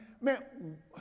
man